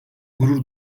gurur